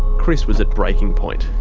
chris was at breaking point.